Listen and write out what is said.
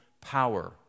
power